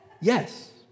Yes